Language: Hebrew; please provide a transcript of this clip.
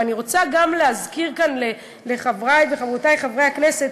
אני רוצה גם להזכיר כאן לחברי וחברותי חברי הכנסת,